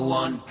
one